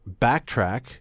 backtrack